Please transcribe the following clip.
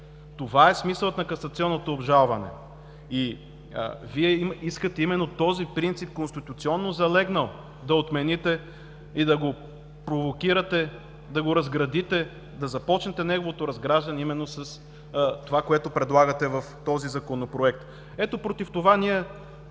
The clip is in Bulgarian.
Това е смисълът на касационното обжалване. Вие искате именно този принцип – конституционно залегнал, да отмените и да го провокирате, да го разградите, да започнете неговото разграждане именно с това, което предлагате в този законопроект. Ето против това ние